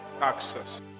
access